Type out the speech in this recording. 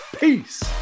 peace